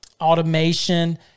automation